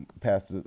pastor